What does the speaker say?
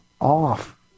off